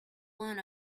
learn